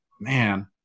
Man